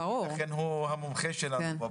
לכן הוא המומחה שלנו.